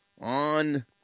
on